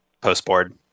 post-board